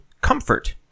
Comfort